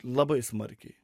labai smarkiai